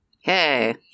Hey